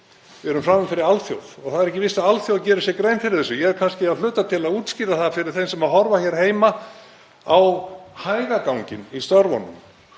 Við erum frammi fyrir alþjóð og það er ekki víst að alþjóð geri sér grein fyrir þessu. Ég er kannski að hluta til að útskýra fyrir þeim sem horfa hér heima á hægaganginn í störfunum